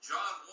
John